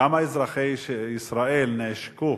כמה אזרחי ישראל נעשקו